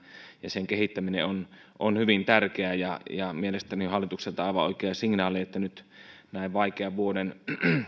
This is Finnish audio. ja sen kehittäminen ovat hyvin tärkeitä ja mielestäni on hallitukselta aivan oikea signaali että nyt näin vaikean vuoden